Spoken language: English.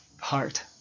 heart